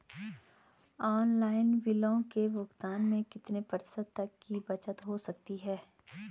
Online बिलों के भुगतान में कितने प्रतिशत तक की बचत हो सकती है?